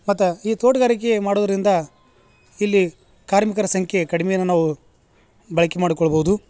ಮತ್ತು ಈ ತೋಟಗಾರಿಕೆ ಮಾಡುವುದರಿಂದ ಇಲ್ಲಿ ಕಾರ್ಮಿಕರ ಸಂಖ್ಯೆ ಕಡಿಮೆಯನ್ನ ನಾವು ಬಳಕೆ ಮಾಡ್ಕೊಳ್ಬೋದು